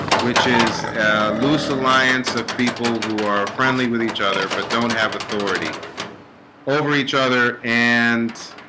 which is loose alliance of people who are friendly with each other but don't have authority over each other and